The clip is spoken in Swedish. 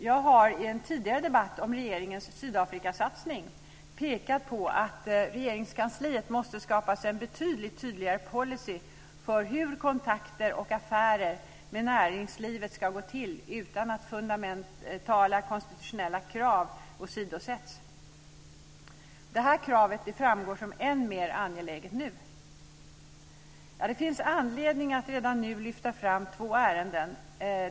Jag har i en tidigare debatt, om regeringens Sydafrikasatsning, pekat på att Regeringskansliet måste skapa en mycket tydligare policy för hur kontakter och affärer med näringslivet ska gå till utan att fundamentala konstitutionella krav åsidosätts. Det kravet framstår som än mer angeläget nu. Det finns anledning att redan nu lyfta fram två ärenden.